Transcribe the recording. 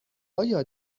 آیا